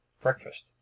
breakfast